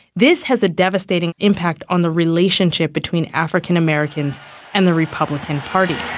this has a devastating impact on the relationship between african americans and the republican party. yeah